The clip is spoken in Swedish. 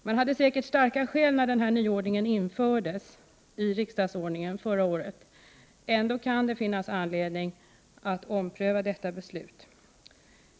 Man hade säkerligen starka skäl när denna nyordning infördes i riksdagsordningen förra året. Ändå kan det finnas anledning att ompröva detta beslut.